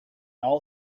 all